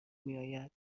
میاید